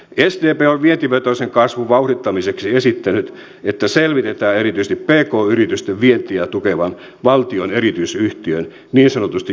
sdp on vientivetoisen kasvun vauhdittamiseksi esittänyt että selvitetään erityisesti pk yritysten vientiä tukevan valtion erityisyhtiön niin sanotun jalustayhtiön perustamista